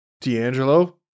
D'Angelo